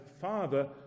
father